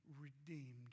redeemed